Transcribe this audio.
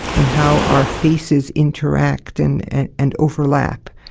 and how our faces interact and and and overlap.